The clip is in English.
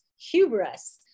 hubris